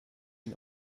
ihn